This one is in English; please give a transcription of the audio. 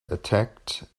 attacked